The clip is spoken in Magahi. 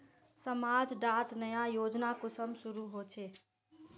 समाज डात नया योजना कुंसम शुरू होछै?